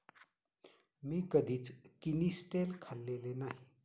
मी कधीच किनिस्टेल खाल्लेले नाही